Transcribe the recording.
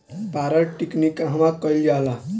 पारद टिक्णी कहवा कयील जाला?